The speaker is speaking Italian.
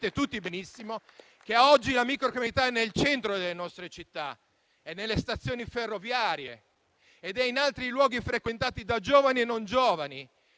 tutti benissimo che oggi la microcriminalità è nel centro delle nostre città, è nelle stazioni ferroviarie e in altri luoghi frequentati da giovani e non giovani.